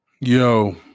yo